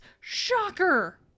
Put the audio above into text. SHOCKER